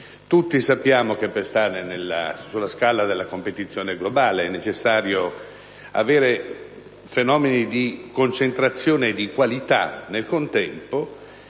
Tutti sappiamo che per stare sulla scala della competizione globale sono necessari fenomeni di concentrazione e nel contempo